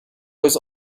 was